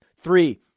three